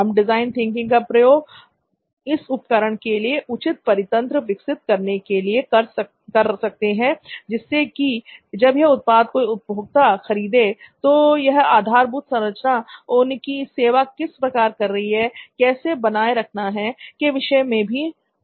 हम design thinking का प्रयोग इस उपकरण के लिए उचित परितंत्र विकसित करने के लिए कर सकते हैं जिससे कि जब यह उत्पाद कोई उपभोक्ता खरीदें तो यह आधारभूत संरचना उनकी सेवा किस प्रकार कर रही है उसे कैसे बनाए रखना है के विषय में भी हम जान सके